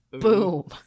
Boom